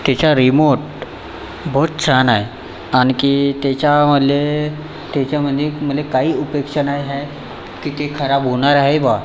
त्याचा रिमोट बहुत छान आहे आणखी त्याच्यामधले त्याच्यामधी मला काही उपेक्षा नाही आहे की ते खराब होणार आहे बुवा